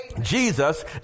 Jesus